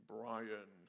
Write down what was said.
Brian